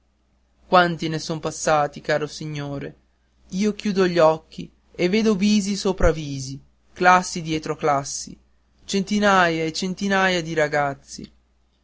quanti ne son passati caro signore io chiudo gli occhi e vedo visi dietro visi classi dietro classi centinaia e centinaia di ragazzi